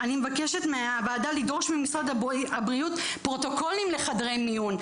אני מבקשת מהוועדה לדרוש ממשרד הבריאות פרוטוקולים לחדרי מיון,